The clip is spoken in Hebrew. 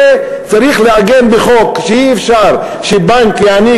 צריך לעגן בחוק שאי-אפשר שבנק יעניק